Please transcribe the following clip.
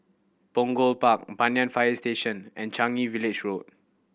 Punggol Park Banyan Fire Station and Changi Village Road